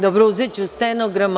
Dobro, uzeću stenogram.